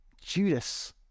Judas